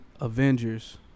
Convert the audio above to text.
Avengers